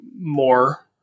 more